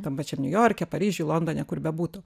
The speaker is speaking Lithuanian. tam pačiam niujorke paryžiuj londone kur bebūtų